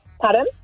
pardon